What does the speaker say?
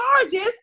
charges